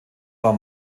war